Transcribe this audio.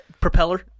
Propeller